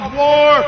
war